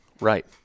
Right